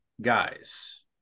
guys